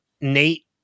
Nate